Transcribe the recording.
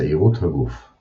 שעירות הגוף –